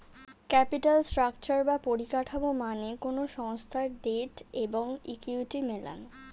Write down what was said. capital structure বা পরিকাঠামো মানে কোনো সংস্থার ডেট এবং ইকুইটি মেলানো